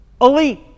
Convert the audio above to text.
elite